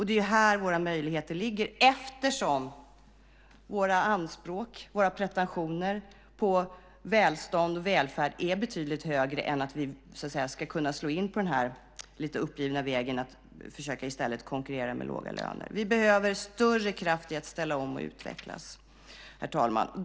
Det är ju här våra möjligheter ligger eftersom våra anspråk, våra pretentioner på välstånd och välfärd är betydligt högre än att vi ska kunna slå in på den lite uppgivna vägen att i stället försöka konkurrera med låga löner. Vi behöver större kraft i att ställa om och utvecklas, herr talman.